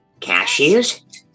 Cashews